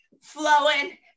flowing